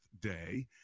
day